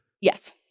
Yes